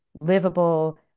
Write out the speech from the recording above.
livable